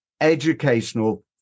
educational